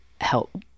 help